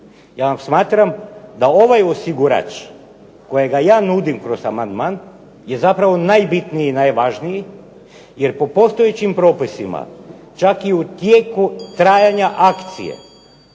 Ja smatram da ovaj osigurač kojega ja nudim kroz amandman je zapravo najbitniji i najvažniji jer po postojećim propisima čak i u tijeku trajanja akcije